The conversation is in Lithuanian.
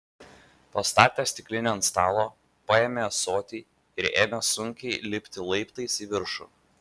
pastatęs stiklinę ant stalo paėmė ąsotį ir ėmė sunkiai lipti laiptais į viršų